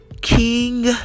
King